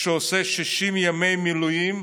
שעושה 60 ימי מילואים